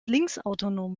linksautonom